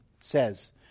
Says